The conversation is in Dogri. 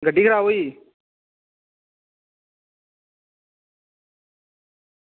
गड्डी खराब होई